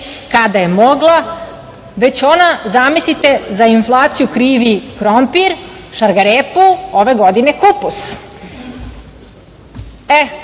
kada je mogla već ona, zamislite, za inflaciju krivi krompir, šargarepu, ove godine kupus. To